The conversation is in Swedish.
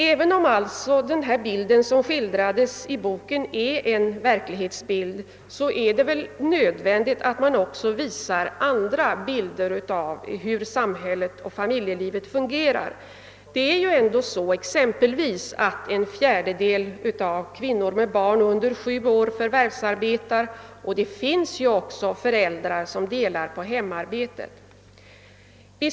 Även om alltså den bild som skildrades i boken är en verklighetsbild, är det väl nödvändigt att också visa andra bilder av hur samhället och familjelivet fungerar. Det är ju ändå så att exempelvis en fjärdedel av kvinnor med barn under sju år förvärvsarbetar, och det finns ju också föräldrar som delar på hemarbetet.